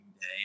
day